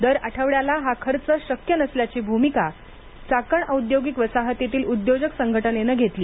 दर आठवड्याला हा खर्च शक्य नसल्याची भूमिका चाकण औद्योगिक वसाहतीतील उद्योजक संघटनेनं घेतली